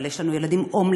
אבל יש לנו ילדים הומלסים,